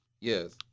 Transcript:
Yes